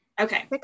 okay